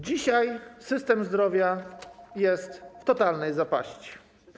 Dzisiaj system zdrowia jest w totalnej zapaści.